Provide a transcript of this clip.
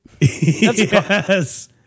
Yes